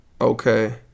okay